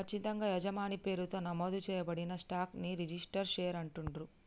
ఖచ్చితంగా యజమాని పేరుతో నమోదు చేయబడిన స్టాక్ ని రిజిస్టర్డ్ షేర్ అంటుండ్రు